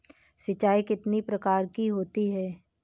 सिंचाई कितनी प्रकार की होती हैं?